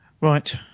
Right